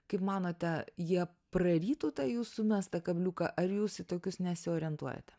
kaip manote jie prarytų tą jūsų mestą kabliuką ar jūs į tokius nesiorientuojate